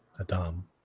Adam